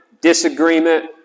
disagreement